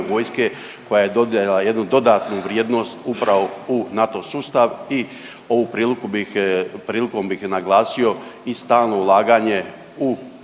koja je dobila jednu dodatnu vrijednost upravo u NATO sustav. I ovom prilikom bih naglasio i stalno ulaganje u